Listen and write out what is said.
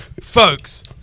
folks